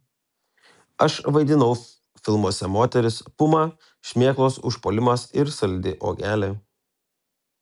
aš vaidinau filmuose moteris puma šmėklos užpuolimas ir saldi uogelė